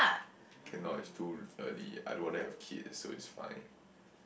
cannot it's too early I don't wanna have kids so it's fine